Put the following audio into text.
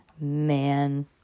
Man